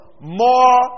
more